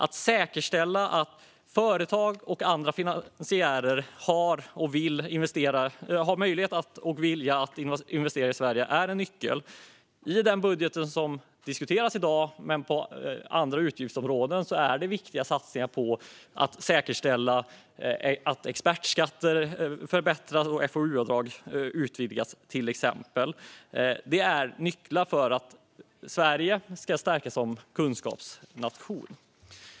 Att säkerställa att företag och andra finansiärer har möjlighet och vilja att investera i Sverige är alltså en nyckel. I den budget som diskuteras i dag men även andra utgiftsområden finns viktiga satsningar på att säkerställa att till exempel expertskatter förbättras och FoU-avdrag utvidgas. Det är nycklar för att Sverige ska stärkas som kunskapsnation.